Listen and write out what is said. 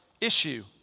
issue